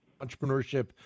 entrepreneurship